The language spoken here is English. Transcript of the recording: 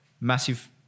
massive